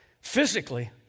physically